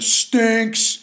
stinks